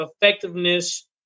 effectiveness